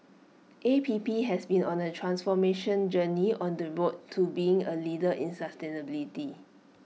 A P P has been on A transformation journey on the road to being A leader in sustainability